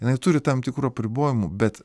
jinai turi tam tikrų apribojimų bet